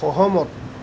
সহমত